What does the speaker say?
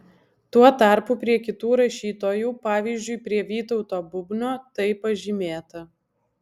tuo tarpu prie kitų rašytojų pavyzdžiui prie vytauto bubnio tai pažymėta